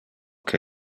que